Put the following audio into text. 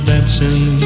Dancing